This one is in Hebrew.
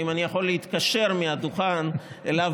האם אני יכול להתקשר מהדוכן אליו